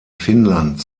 finnland